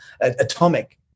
atomic